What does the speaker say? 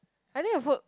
I think the food